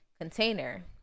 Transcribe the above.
container